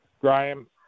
Graham